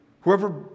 Whoever